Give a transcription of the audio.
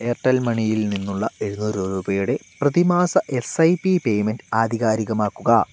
Airtel മണിയിൽ നിന്നുള്ള എഴുന്നൂറു രൂപയുടെ പ്രതിമാസ എസ് ഐ പി പേയ്മെൻറ്റ് ആധികാരികമാക്കുക